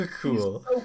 cool